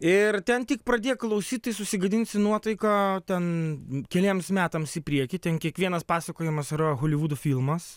ir ten tik pradėk klausyt tai susigadinsi nuotaiką ten keliems metams į priekį ten kiekvienas pasakojimas yra holivudo filmas